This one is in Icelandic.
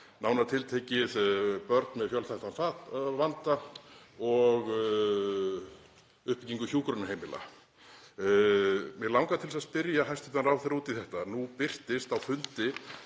nánar tiltekið börn með fjölþættan vanda og uppbyggingu hjúkrunarheimila. Mig langar til að spyrja hæstv. ráðherra út í þetta. Nú birtist á fundi